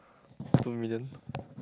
two million